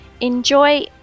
enjoy